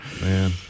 Man